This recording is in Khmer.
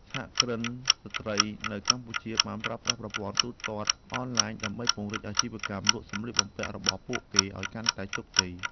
សហគ្រិនស្ត្រីនៅកម្ពុជាបានប្រើប្រាស់ប្រព័ន្ធទូទាត់អនឡាញដើម្បីពង្រីកអាជីវកម្មលក់សម្លៀកបំពាក់របស់ពួកគេឱ្យកាន់តែជោគជ័យ។